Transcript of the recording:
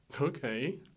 Okay